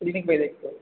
clinic पर देखते हो